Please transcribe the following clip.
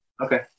Okay